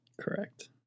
Correct